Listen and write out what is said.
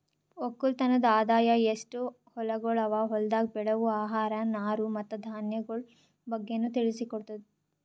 ಒಕ್ಕಲತನದ್ ಆದಾಯ, ಎಸ್ಟು ಹೊಲಗೊಳ್ ಅವಾ, ಹೊಲ್ದಾಗ್ ಬೆಳೆವು ಆಹಾರ, ನಾರು ಮತ್ತ ಧಾನ್ಯಗೊಳ್ ಬಗ್ಗೆನು ತಿಳಿಸಿ ಕೊಡ್ತುದ್